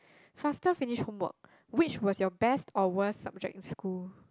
faster finish homework which was your best or worst subject in school